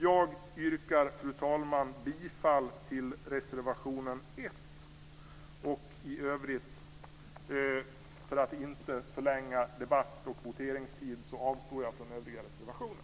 Jag yrkar, fru talman, bifall till reservationen 1, och i övrigt, för att inte förlänga debatt och voteringstid, avstår jag från övriga reservationer.